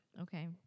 Okay